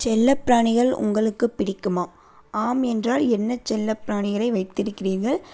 செல்லப் பிராணிகள் உங்களுக்கு பிடிக்குமா ஆம் என்றால் என்ன செல்லப் பிராணிகளை வைத்திருக்கிறீர்கள்